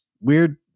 weird